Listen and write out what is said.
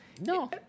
No